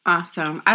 Awesome